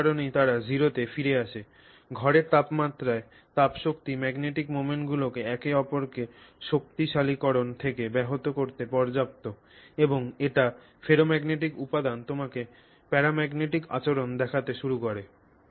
সুতরাং এ কারণেই তারা 0 তে ফিরে যায় ঘরের তাপমাত্রায় তাপশক্তি ম্যাগনেটিক মোমেন্টগুলিকে একে অপরকে শক্তিশালীকরণ থেকে ব্যাহত করতে পর্যাপ্ত এবং একটি ফেরোম্যাগনেটিক উপাদান তোমাকে প্যারাম্যাগনেটিক আচরণ দেখাতে শুরু করে